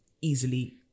easily